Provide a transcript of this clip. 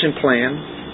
plan